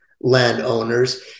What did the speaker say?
landowners